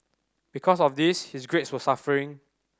because of this his grades were suffering